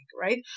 right